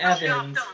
Evans